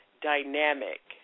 dynamic